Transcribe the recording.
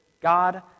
God